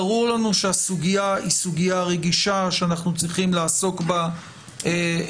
ברור לנו שהסוגיה היא סוגיה רגישה שאנחנו צריכים לעסוק בה בזהירות,